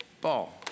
ball